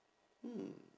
hmm